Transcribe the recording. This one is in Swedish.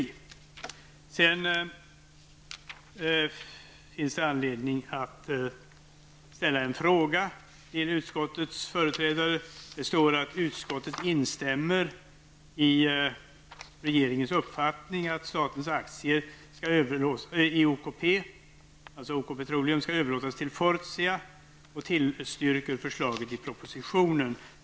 Det finns anledning att ställa en fråga till utskottets företrädare. Det står att utskottet instämmer i regeringens uppfattning att statens aktier i OKP, OK Petroleum, skall överlåtas till Fortia och att utskottet tillstyrker förslaget i propositionen.